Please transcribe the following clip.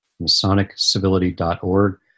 MasonicCivility.org